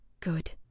good